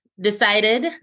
decided